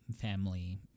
family